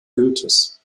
goethes